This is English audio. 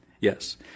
Yes